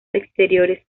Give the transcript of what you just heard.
exteriores